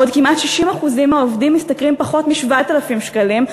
בעוד שכמעט 60% מהעובדים משתכרים פחות מ-7,000 שקלים,